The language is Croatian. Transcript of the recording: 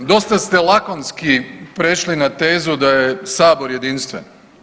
Dosta ste lakonski prešli na tezu da je sabor jedinstven.